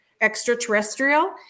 extraterrestrial